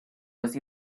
was